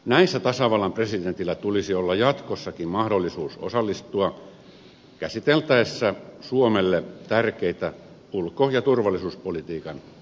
näissä tasavallan presidentillä tulisi olla jatkossakin mahdollisuus osallistua käsiteltäessä suomelle tärkeitä ulko ja turvallisuuspolitiikan asioita